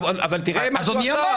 אבל תראה מה שהוא עשה -- אדוני אמר,